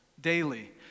daily